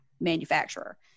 manufacturer